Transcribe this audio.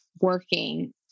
working